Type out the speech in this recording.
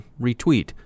retweet